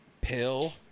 pill